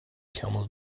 camel